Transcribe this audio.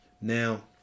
now